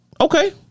Okay